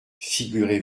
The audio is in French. figurez